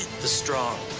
the strong